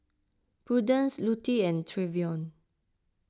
Prudence Lutie and Trevion